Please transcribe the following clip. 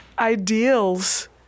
ideals